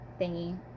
thingy